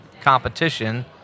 competition